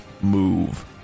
move